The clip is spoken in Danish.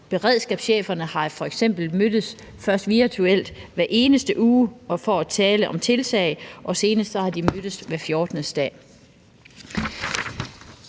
Beredskabscheferne har f.eks. mødtes, først virtuelt hver eneste uge for at tale om tiltag, og senest har de mødtes hver